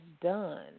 done